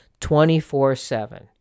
24-7